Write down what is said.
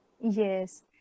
yes